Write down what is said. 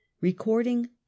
recording